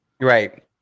right